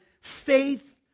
faith